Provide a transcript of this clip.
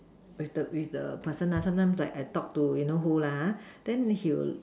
with the with the person lah sometimes like I talk to you know who lah ha then he will